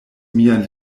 mian